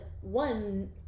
one